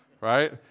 right